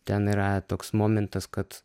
ten yra toks momentas kad